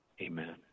Amen